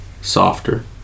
softer